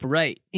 right